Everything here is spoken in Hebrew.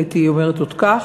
הייתי אומרת זאת כך,